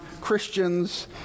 Christians